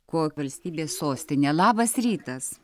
ko valstybės sostinė labas rytas